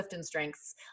strengths